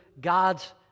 God's